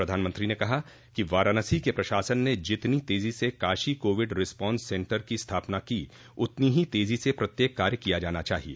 प्रधानमंत्री ने कहा कि वाराणसी के प्रशासन ने जितनी तेजी से काशी कोविड रिर्पोन्स सेंटर की स्थापना की उतनी ही तेजी से प्रत्येक कार्य किया जाना चाहिए